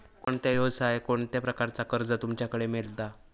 कोणत्या यवसाय कोणत्या प्रकारचा कर्ज तुमच्याकडे मेलता?